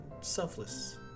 selfless